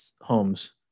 homes